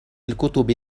الكتب